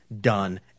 done